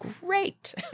great